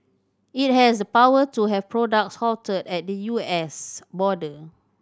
it has the power to have products halted at the U S border